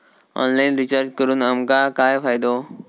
Online recharge करून आमका काय फायदो?